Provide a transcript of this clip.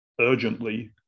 urgently